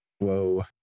Whoa